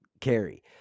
carry